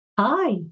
Hi